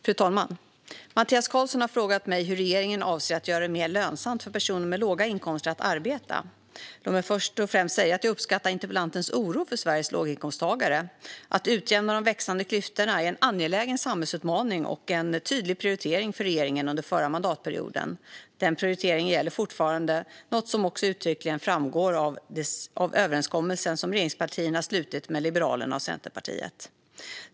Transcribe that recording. Fru talman! Mattias Karlsson har frågat mig hur regeringen avser att göra det mer lönsamt för personer med låga inkomster att arbeta. Låt mig först och främst säga att jag uppskattar interpellantens oro för Sveriges låginkomsttagare. Att utjämna de växande klyftorna är en angelägen samhällsutmaning och var en tydlig prioritering för regeringen under förra mandatperioden. Den prioriteringen gäller fortfarande, något som också uttryckligen framgår av den överenskommelse som regeringspartierna har slutit med Liberalerna och Centerpartiet.